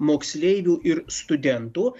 moksleivių ir studentų